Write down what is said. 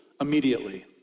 immediately